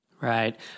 Right